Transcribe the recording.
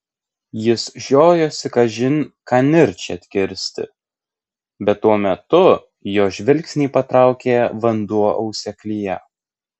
jis žiojosi kažin ką nirčiai atkirsti bet tuo metu jo žvilgsnį patraukė vanduo auseklyje